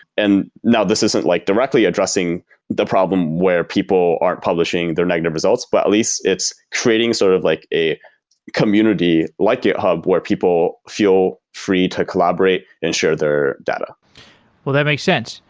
and now this isn't like directly addressing the problem where people aren't publishing their negative results, but at least it's creating sort of like a community like github where people feel free to collaborate and share their data well, that makes sense.